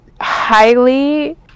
highly